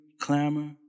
clamor